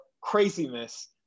craziness